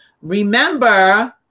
remember